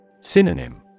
Synonym